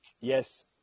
Yes